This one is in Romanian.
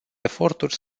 eforturi